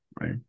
right